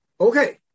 Okay